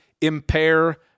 impair